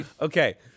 okay